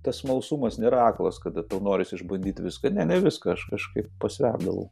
tas smalsumas nėra aklas kada norisi išbandyti viską ne viską aš kažkaip pasverdavau